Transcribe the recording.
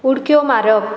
उडक्यो मारप